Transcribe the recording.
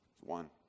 One